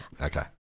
Okay